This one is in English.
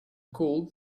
cooled